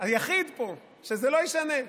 היחיד פה שזה לא ישנה לו.